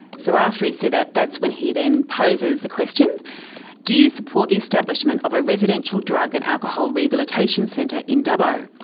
so after he said that, that's when he then poses the question do you support the establishment of a residential drug and alcohol rehabilitation centre in dubbo?